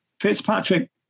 Fitzpatrick